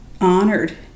honored